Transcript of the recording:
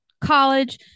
college